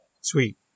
Sweet